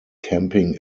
camping